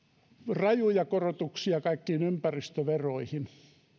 rajuja korotuksia kaikkiin ympäristöveroihin